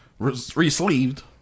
resleeved